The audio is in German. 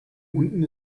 unten